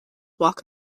walk